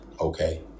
Okay